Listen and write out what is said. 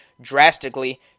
drastically